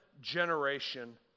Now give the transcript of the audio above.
generation